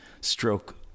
stroke